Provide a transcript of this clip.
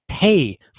pay